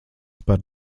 par